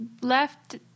left